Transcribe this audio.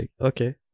Okay